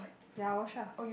ya wash lah